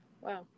Wow